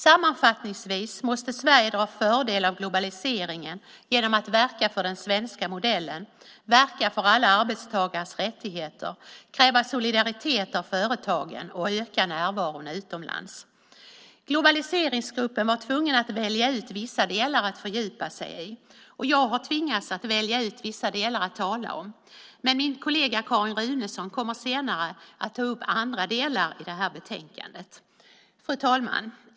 Sammanfattningsvis måste Sverige dra fördel av globaliseringen genom att verka för den svenska modellen, för alla arbetstagares rättigheter, kräva solidaritet av företagen och öka närvaron utomlands. Globaliseringsgruppen var tvungen att välja ut vissa delar att fördjupa sig i. Jag har tvingats att välja ut vissa delar att tala om. Men min kollega Carin Runeson kommer senare att ta upp andra delar i det här betänkandet. Fru talman!